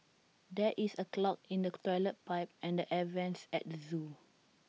there is A clog in the Toilet Pipe and the air Vents at the Zoo